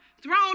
thrown